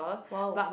!wow!